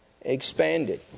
expanded